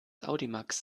audimax